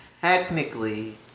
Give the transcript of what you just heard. technically